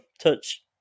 touch